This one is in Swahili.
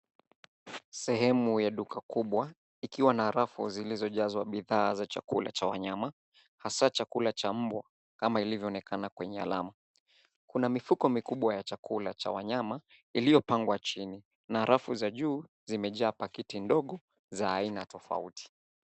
sehemu ya duka kubwa ikiwa na arafu zilizojazwa bidhaa za chakula cha wanyama hasaa chakula cha mbwa kama ilivyo onekana kwenye alamu, kuna mifuko mikubwa ya chakula cha wanyama iliyopangwa chini na arafu za juu zimejaa paketi ndogo za aina tofauti.